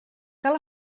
cal